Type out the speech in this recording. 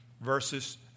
Verses